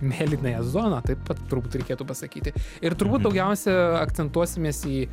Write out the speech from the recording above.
mėlynąją zoną taip pat turbūt reikėtų pasakyti ir turbūt daugiausia akcentuosimės į